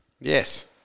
Yes